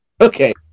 okay